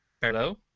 Hello